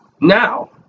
now